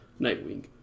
Nightwing